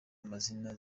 amazina